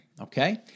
Okay